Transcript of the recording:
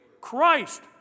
Christ